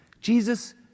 Jesus